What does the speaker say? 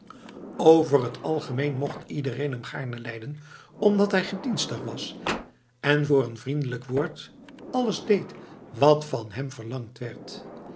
over t algemeen mocht iedereen hem gaarne lijden omdat hij gedienstig was en voor een vriendelijk woord alles deed wat van hem verlangd werd